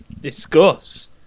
Discuss